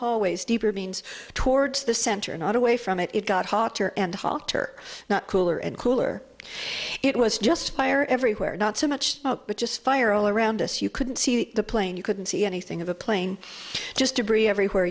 hallways deeper means towards the center not away from it it got hotter and hotter not cooler and cooler it was just fire everywhere not so much but just fire all around us you couldn't see the plane you couldn't see anything of a plane just debris everywhere